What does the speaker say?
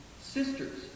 sisters